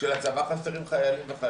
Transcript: שלצבא חסרים חיילים וחיילות.